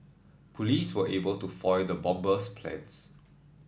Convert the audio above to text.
police were able to foil the bomber's plans